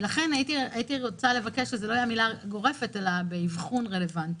לכן הייתי רוצה לבקש שזאת לא תהיה אמירה גורפת אלא באבחון רלוונטי.